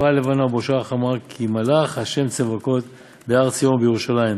'וחפרה הלבנה ובושה החמה כי מלך ה' צבאות בהר ציון ובירושלם